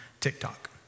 TikTok